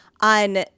on